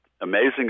amazing